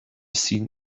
seen